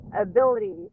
ability